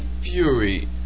Fury